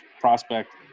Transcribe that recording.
prospect